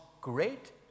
great